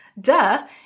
Duh